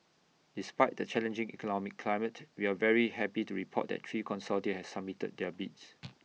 despite the challenging economic climate we're very happy to report that three consortia have submitted their bids